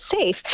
safe